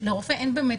לרופא אין באמת,